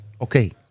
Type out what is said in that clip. okay